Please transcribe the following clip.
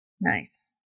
Nice